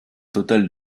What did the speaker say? total